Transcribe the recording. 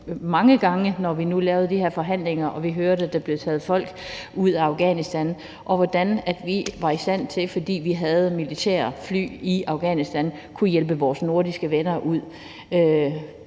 mange gange, når vi havde de her forhandlinger og vi hørte, at der blev taget folk ud af Afghanistan. Og vi var i stand til, fordi vi havde militærfly i Afghanistan, at kunne hjælpe vores nordiske venner ud.